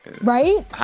Right